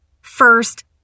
First